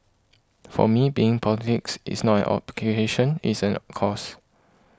for me being in politics is not an it's an cause